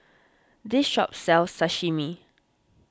this shop sells Sashimi